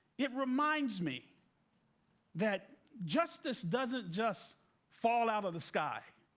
it reminds me that justice doesn't just fall out of the sky,